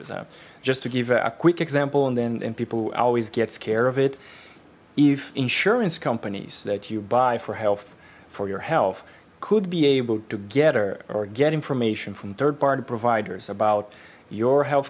zone just to give a quick example and then in people always gets care of it if insurance companies that you buy for health for your health could be able to gather or get information from third party providers about your health